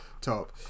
top